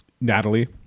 Natalie